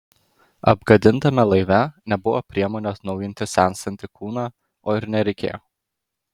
apgadintame laive nebuvo priemonių atjauninti senstantį kūną o ir nereikėjo